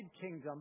kingdom